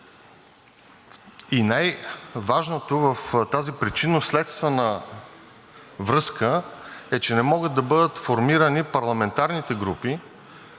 Най-важното в тази причинно-следствена връзка е, че не могат да бъдат формирани парламентарните групи,